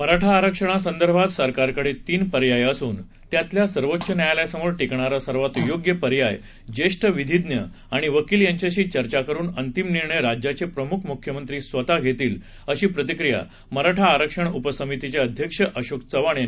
मराठा आरक्षणा संदर्भात सरकारकडे तीन पर्याय असून त्यातील सर्वोच्च न्यायालयासमोर टीकणारा सर्वात योग्य पर्याय जेष्ठ विधिज्ञ आणि वकील यांच्याशी चर्चा करून अंतिम निर्णय राज्याचे प्रमुख मुख्यमंत्री स्वतः घेतील अशी प्रतिक्रिया मराठा आरक्षण उपसमितीचे अध्यक्ष अशोक चव्हाण यांनी दिली